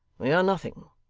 we are nothing.